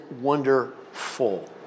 wonderful